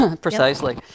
precisely